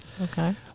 Okay